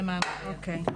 זה מההנחיה.